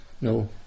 no